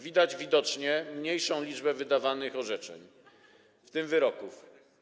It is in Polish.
Widać wyraźnie mniejszą liczbę wydanych orzeczeń, w tym wyroków.